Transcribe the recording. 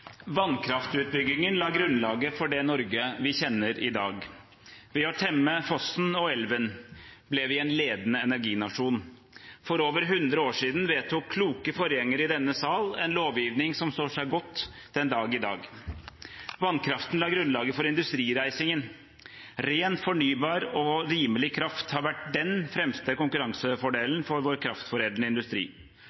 Vannkraftutbyggingen la grunnlaget for det Norge vi kjenner i dag. Ved å temme fossen og elven ble vi en ledende energinasjon. For over 100 år siden vedtok kloke forgjengere i denne sal en lovgivning som står seg godt den dag i dag. Vannkraften la grunnlaget for industrireisingen. Ren, fornybar og rimelig kraft har vært den fremste